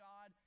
God